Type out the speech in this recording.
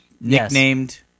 Nicknamed